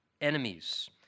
enemies